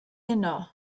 yno